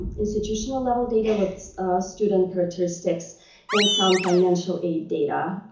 institutional level data with student characteristics and some financial aid data.